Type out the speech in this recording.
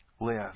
Live